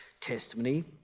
testimony